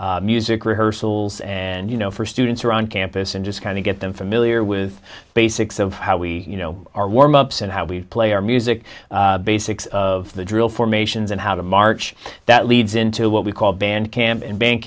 call music rehearsals and you know for students around campus and just kind of get them familiar with the basics of how we you know our warm ups and how we play our music basics of the drill formations and how to march that leads into what we call band camp and band